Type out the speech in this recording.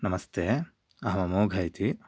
नमस्ते अहम् अमोघ इति